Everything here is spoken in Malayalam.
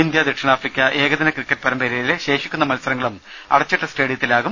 ഇന്ത്യ ദക്ഷിണാഫ്രിക്ക ഏകദിന ക്രിക്കറ്റ് പരമ്പരയിലെ ശേഷിക്കുന്ന മത്സരങ്ങളും അടച്ചിട്ട സ്റ്റേഡിയത്തിലാകും